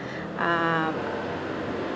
um